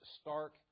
stark